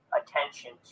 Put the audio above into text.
attention